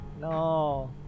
no